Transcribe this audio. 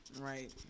Right